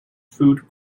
food